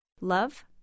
love